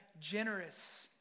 generous